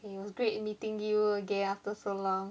eh it was great meeting you again after so long